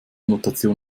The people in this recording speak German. notation